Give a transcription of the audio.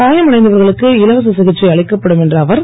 காயமடைந்தவர்களுக்கு இலவச சிகிச்சை அளிக்கப்படும் என்ற அவர்